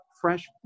fresh